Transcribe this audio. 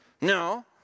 No